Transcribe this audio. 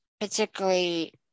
particularly